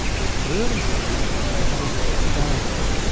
but early blades were made of stone,